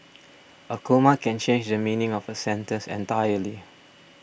a comma can change the meaning of a sentence entirely